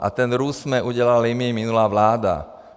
A ten růst jsme udělali my, minulá vláda.